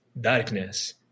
darkness